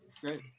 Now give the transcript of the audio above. Great